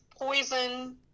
Poison